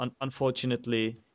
unfortunately